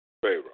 Pharaoh